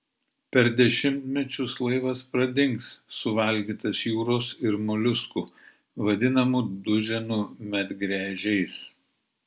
per dešimtmečius laivas pradings suvalgytas jūros ir moliuskų vadinamų duženų medgręžiais